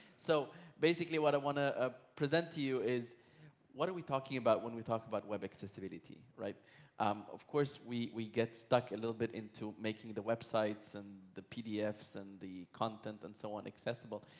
so basically what i want to ah present to you is what are we talking about when we talk about web accessibility? um of course, we we get stuck a little bit into making the websites and the pdfs and the content and so on accessible.